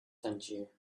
tangier